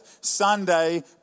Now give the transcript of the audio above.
Sunday